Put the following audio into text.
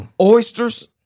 oysters